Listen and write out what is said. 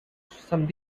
some